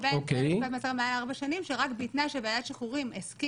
לבין אסירים שתקופת מאסרם מעל ארבע שנים,